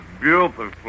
beautiful